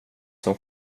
som